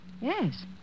Yes